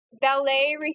ballet